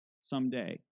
someday